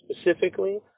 specifically